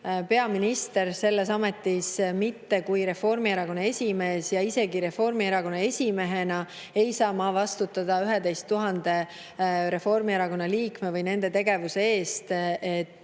peaminister, selles ametis, mitte kui Reformierakonna esimees, ja isegi Reformierakonna esimehena ei saa ma vastutada 11 000 Reformierakonna liikme või nende tegevuse eest.